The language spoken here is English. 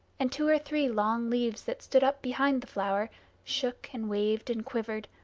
and two or three long leaves that stood up behind the flower shook and waved and quivered,